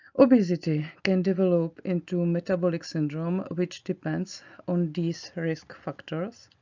obesity can develop into metabolic syndrome which depends on these risk factors.